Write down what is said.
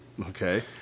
Okay